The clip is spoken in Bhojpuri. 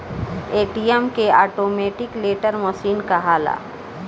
ए.टी.एम के ऑटोमेटीक टेलर मशीन कहाला